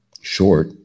short